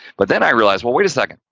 but then, i realized, well wait a second,